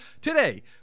Today